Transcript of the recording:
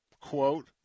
Quote